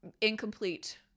incomplete